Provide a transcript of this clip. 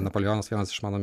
napoleonas vienas iš mano